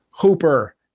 Hooper